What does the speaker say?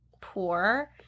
poor